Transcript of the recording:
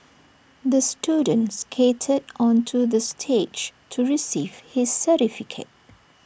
the student skated onto the stage to receive his certificate